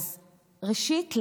ראשית,